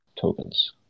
tokens